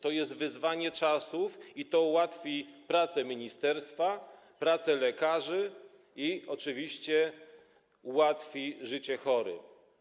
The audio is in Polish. To jest wyzwanie czasów i to ułatwi pracę ministerstwu, lekarzom i oczywiście ułatwi życie chorym.